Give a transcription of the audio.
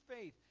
faith